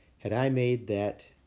had i made that